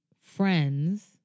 friends